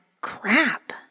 crap